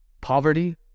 poverty